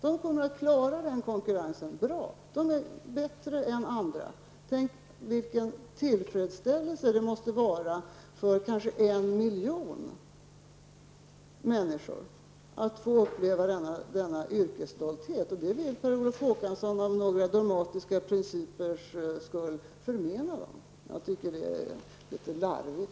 De kommer att klara konkurrensen bra. Tänk, vilken tillfredsställelse det måste vara för kanske en miljon människor att få uppleva denna yrkesstolthet! Det vill Per Olof Håkansson för några dogmatiska principers skull förmena dem. Jag tycker att det är litet larvigt.